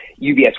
UBS